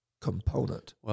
component